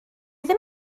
ddim